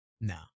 No